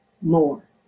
more